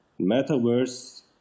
metaverse